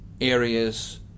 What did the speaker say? areas